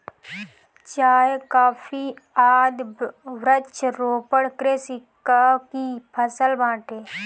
चाय, कॉफी आदि वृक्षारोपण कृषि कअ ही फसल बाटे